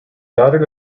dotted